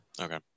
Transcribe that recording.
Okay